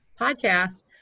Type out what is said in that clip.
podcast